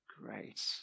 Great